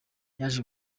yaje